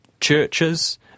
churches